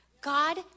God